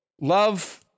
Love